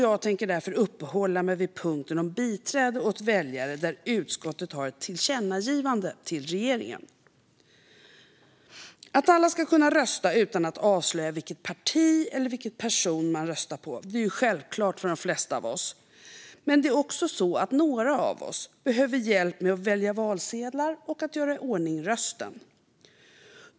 Jag tänker därför uppehålla mig vid punkten om biträde åt väljare, där utskottet föreslår ett tillkännagivande till regeringen. Att alla ska kunna rösta utan att avslöja vilket parti eller vilken person man röstar på är självklart för de flesta av oss. Men det är också så att några av oss behöver hjälp med att välja valsedlar och att göra i ordning rösten.